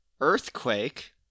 Earthquake